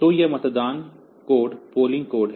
तो यह मतदान कोड है